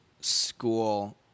school